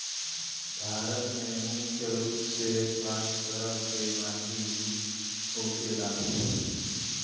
भारत में मुख्य रूप से पांच तरह के माटी होखेला